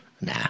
Nah